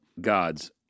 gods